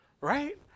Right